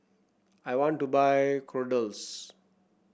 I want to buy Kordel's